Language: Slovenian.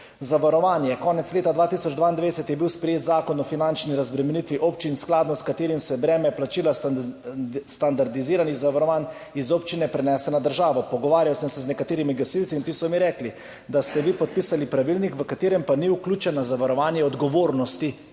Zavarovanje. Konec leta 2022 je bil sprejet Zakon o finančni razbremenitvi občin, skladno s katerim se breme plačila standardiziranih zavarovanj z občine prenese na državo. Pogovarjal sem se z nekaterimi gasilci in ti so mi rekli, da ste vi podpisali pravilnik, v katerega pa ni vključeno zavarovanje odgovornosti,